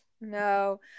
No